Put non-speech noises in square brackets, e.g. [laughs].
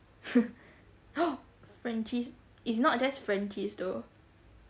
[laughs] [noise] frenchies it's not just frenchies though